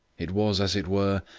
it was, as it were,